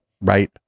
right